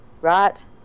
Right